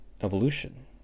evolution